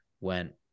went